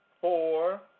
four